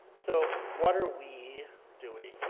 so what are we doing?